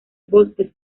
bosques